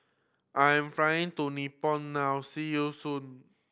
I am flying to Nepal now see you soon